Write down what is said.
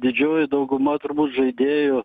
didžioji dauguma turbūt žaidėjų